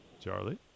Charlie